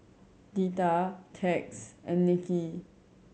Deetta Tex and Nicky